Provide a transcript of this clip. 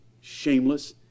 shameless